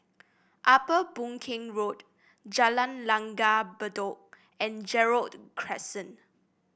Upper Boon Keng Road Jalan Langgar Bedok and Gerald Crescent